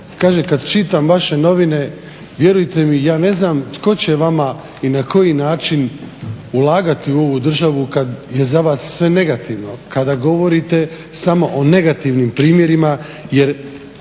kad čitam vaše novine vjerujte mi ja ne znam tko će vama i na koji način ulagati u ovu državu kad je za vas sve negativno, kada govorite samo o negativnim primjerima, jer